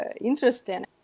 interesting